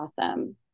Awesome